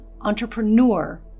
entrepreneur